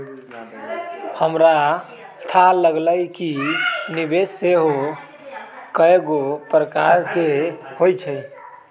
हमरा थाह लागल कि निवेश सेहो कएगो प्रकार के होइ छइ